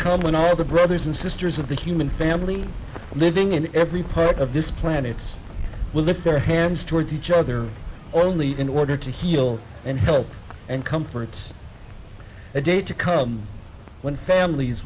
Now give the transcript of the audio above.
come when all the brothers and sisters of the human family living in every part of this planets will lift their hands towards each other only in order to heal and help and comforts the day to come when families